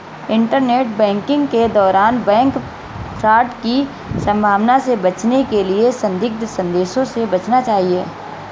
internet banking के दौरान bank fraud की संभावना से बचने के लिए संदिग्ध संदेशों से बचना चाहिए